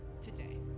today